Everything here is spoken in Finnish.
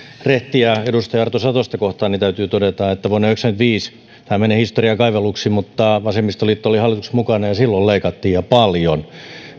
rehtiä edustaja arto satosta kohtaan täytyy todeta että vuonna yhdeksänkymmentäviisi tämä menee historian kaiveluksi vasemmistoliitto oli hallituksessa mukana ja silloin leikattiin ja paljon